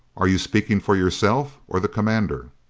are you speaking for yourself or the commander?